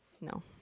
No